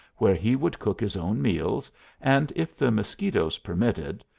where he would cook his own meals and, if the mosquitoes permitted,